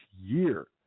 year